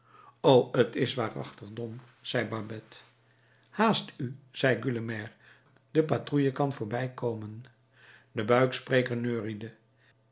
o t is waarachtig dom zei babet haast u zei gueulemer de patrouille kan voorbij komen de buikspreker neuriede